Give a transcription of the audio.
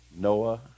Noah